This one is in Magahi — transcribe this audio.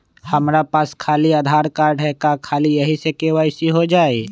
हमरा पास खाली आधार कार्ड है, का ख़ाली यही से के.वाई.सी हो जाइ?